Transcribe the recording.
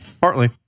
Partly